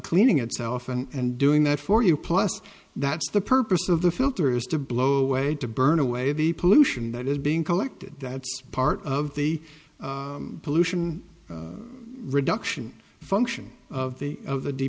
cleaning itself and doing that for you plus that's the purpose of the filter is to blow away to burn away the pollution that is being collected that's part of the pollution reduction function of the of the d